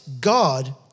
God